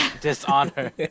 Dishonor